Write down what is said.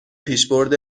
پیشبرد